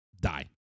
die